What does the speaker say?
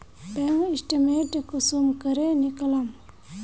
Bank statement कुंसम करे निकलाम?